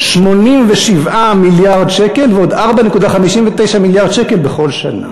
87 מיליארד שקל ועוד 4.59 מיליארד שקל בכל שנה.